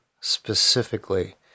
specifically